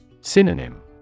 Synonym